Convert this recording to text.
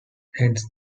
hence